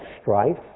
strife